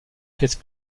caisse